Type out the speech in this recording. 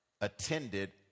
attended